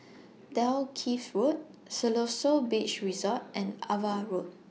Dalkeith Road Siloso Beach Resort and AVA Road